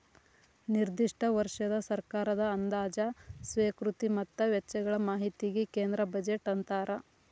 ನಿರ್ದಿಷ್ಟ ವರ್ಷದ ಸರ್ಕಾರದ ಅಂದಾಜ ಸ್ವೇಕೃತಿ ಮತ್ತ ವೆಚ್ಚಗಳ ಮಾಹಿತಿಗಿ ಕೇಂದ್ರ ಬಜೆಟ್ ಅಂತಾರ